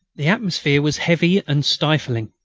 the atmosphere was heavy and stifling.